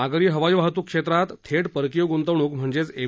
नागरी हवाई वाहतूक क्षेत्रात थेट परकीय गुंतवणूक म्हणजे एफ